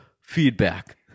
feedback